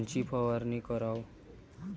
कोनची फवारणी कराव?